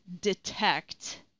detect